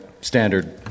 standard